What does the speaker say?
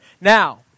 Now